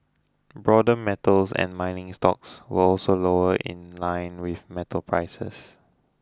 broader metals and mining stocks were also lower in line with metal prices